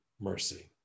mercy